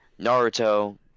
Naruto